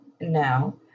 now